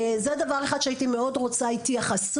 זה דבר אחד שהייתי מאוד רוצה התייחסות.